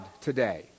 today